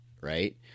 right